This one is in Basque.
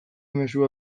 mezua